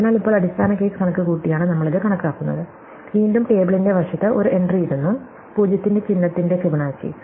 അതിനാൽ ഇപ്പോൾ അടിസ്ഥാന കേസ് കണക്കുകൂട്ടിയാണ് നമ്മൾ ഇത് കണക്കാക്കുന്നത് വീണ്ടും ടേബിളിന്റെ വശത്ത് ഒരു എൻട്രി ഇടുന്നു 0 ന്റെ ചിഹ്നത്തിന്റെ ഫിബൊനാച്ചി